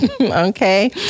Okay